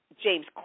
james